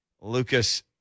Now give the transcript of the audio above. Lucas